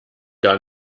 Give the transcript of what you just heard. gar